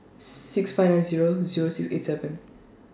six five nine Zero Zero six eight seven